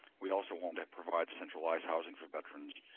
we also wanted to provide centralized housing for veterans,